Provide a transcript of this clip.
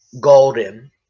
Golden